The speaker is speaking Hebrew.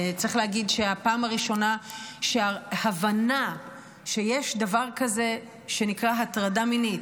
צריך להגיד שהפעם הראשונה שההבנה שיש דבר כזה שנקרא "הטרדה מינית",